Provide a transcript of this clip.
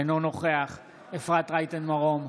אינו נוכח אפרת רייטן מרום,